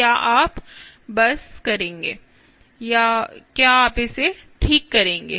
या आप बस करेंगे या क्या आप इसे ठीक करेंगे